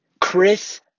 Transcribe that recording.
Chris